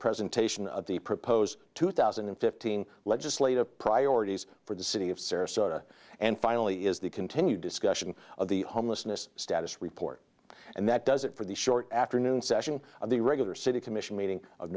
presentation of the proposed two thousand and fifteen legislative priorities for the city of sarasota and finally is the continued discussion of the homelessness status report and that does it for the short afternoon session of the regular city commission meeting of